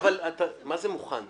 מה זה מוכן?